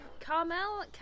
Carmel